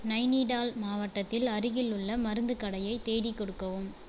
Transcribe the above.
நைனிடால் மாவட்டத்தில் அருகிலுள்ள மருந்துக் கடையை தேடிக் கொடுக்கவும்